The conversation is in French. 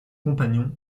compagnon